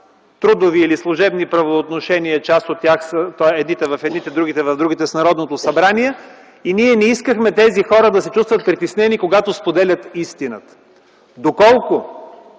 трудови или служебни правоотношения, част от тях са в едните, а другите – в другите с Народно събрание. Ние не искахме тези хора да се чувстват притеснени, когато споделят истината. Доколко